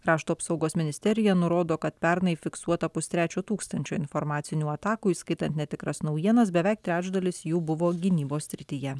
krašto apsaugos ministerija nurodo kad pernai fiksuota pustrečio tūkstančio informacinių atakų įskaitant netikras naujienas beveik trečdalis jų buvo gynybos srityje